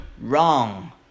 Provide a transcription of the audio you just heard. wrong